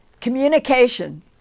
Communication